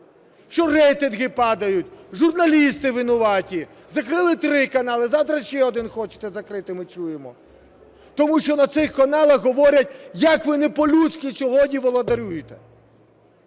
Що рейтинги падають, журналісти винуваті, закрили три канали, завтра ще один хочете закрити, ми чуємо. Тому що на цих каналах говорять, як ви не по-людськи сьогодні володарюєте.